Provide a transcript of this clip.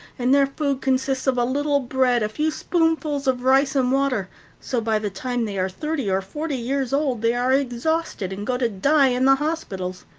and their food consists of a little bread, a few spoonfuls of rice, and water so by the time they are thirty or forty years old, they are exhausted, and go to die in the hospitals.